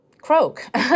croak